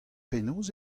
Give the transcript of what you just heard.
penaos